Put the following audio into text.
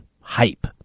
hype